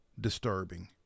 disturbing